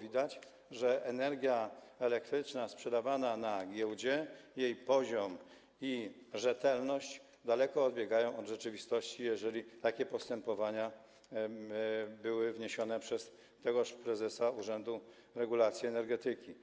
widać, że jeśli chodzi o energię elektryczną sprzedawaną na giełdzie, o poziom i rzetelność, to daleko odbiega to od rzeczywistości, jeżeli takie postępowanie były wniesione przez tegoż prezesa Urzędu Regulacji Energetyki.